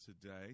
today